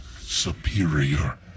superior